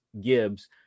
Gibbs